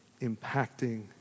impacting